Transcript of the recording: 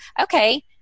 okay